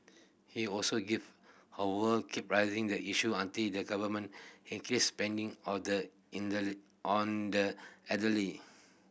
he also give how would keep raising the issue until the Government increased spending all the in the on the elderly